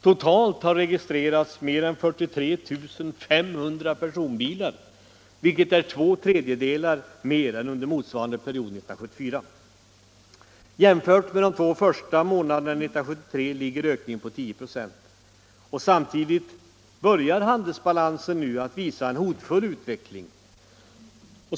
Totalt har registrerats mer än 43 500 personbilar, vilket är två tredjedelar mer än under motsvarande period 1974. Jämfört med de två första månaderna 1973 ligger ökningen på 10 96. Samtidigt börjar handelsbalansen visa en hotfull utveckling.